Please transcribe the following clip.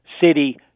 City